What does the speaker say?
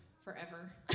forever